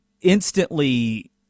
instantly